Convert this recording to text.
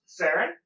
saren